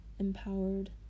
empowered